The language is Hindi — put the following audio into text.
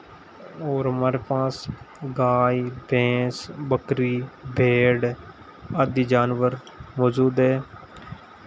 और हमारे पास गाय भैंस बकरी भेड़ आदि जानवर मौजूद है